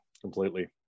Completely